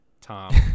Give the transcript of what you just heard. Tom